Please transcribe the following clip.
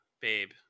babe